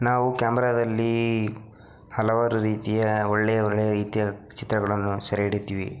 ನಾವು ಕ್ಯಾಮ್ರಾದಲ್ಲಿ ಹಲವಾರು ರೀತಿಯ ಒಳ್ಳೆಯ ಒಳ್ಳೆಯ ರೀತಿಯ ಚಿತ್ರಗಳನ್ನು ಸೆರೆಹಿಡಿತೀವಿ